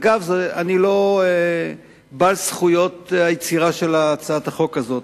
אגב, אני לא בעל זכויות היצירה של הצעת החוק הזאת.